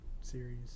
series